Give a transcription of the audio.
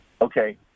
Okay